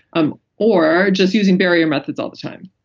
um or just using barrier methods all the time.